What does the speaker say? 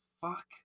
fuck